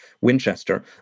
Winchester